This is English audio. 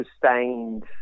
sustained